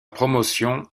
promotion